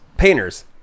painters